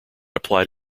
applied